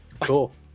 Cool